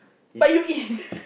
but you eat